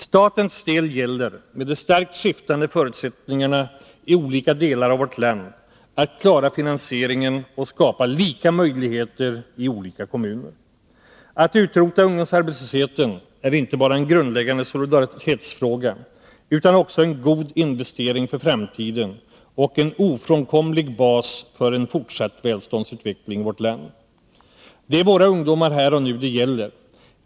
Statens del av ansvaret innefattar, med de starkt skiftande förutsättningarna i olika delar av vårt land, uppgiften att klara finansieringen och skapa lika möjligheter i olika kommuner. Ett utrotande av ungdomsarbetslösheten är inte bara en grundläggande solidaritetsfråga utan också en god investering för framtiden och en ofrånkomlig bas för en fortsatt välståndsutveckling i vårt land. Det är våra ungdomar här och nu det gäller!